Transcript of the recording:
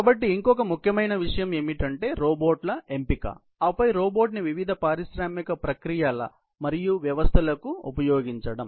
కాబట్టి ఇంకొక ముఖ్యమైన విషయం ఏమిటంటే రోబోట్ల ఎంపిక ఆపై రోబోట్ ని వివిధ పారిశ్రామిక ప్రక్రియలు మరియు వ్యవస్థలకు ఉపయోగించడం